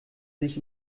sich